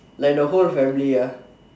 like the whole family ah